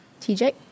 TJ